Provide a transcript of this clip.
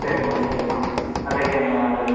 சரிம்மா சரிம்மா அரேபியன் இது